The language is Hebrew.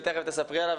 ותיכף תספרי עליו,